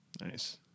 Nice